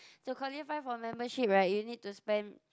to qualify for membership right you need to spend